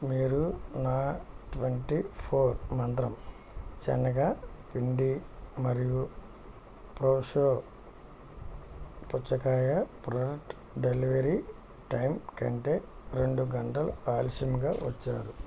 మీరు నా twenty four మంత్రం సెనగ పిండి మరియు ప్రో షో పుచ్చకాయ ప్రాడక్టు డెలివరీ టైం కంటే రెండు గంటలు ఆలస్యంగా వచ్చారు